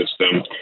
system